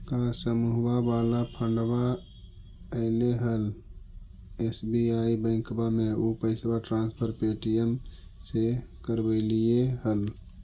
का समुहवा वाला फंडवा ऐले हल एस.बी.आई बैंकवा मे ऊ पैसवा ट्रांसफर पे.टी.एम से करवैलीऐ हल?